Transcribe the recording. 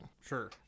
Sure